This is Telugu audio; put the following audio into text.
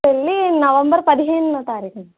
పెళ్లి నవంబర్ పదిహేనో తారీఖున